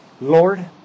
Lord